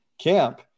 camp